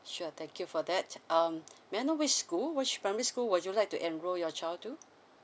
sure thank you for that um may I know which school which primary school would you like to enrol your child to